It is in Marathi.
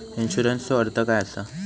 इन्शुरन्सचो अर्थ काय असा?